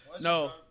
no